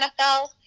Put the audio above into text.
nfl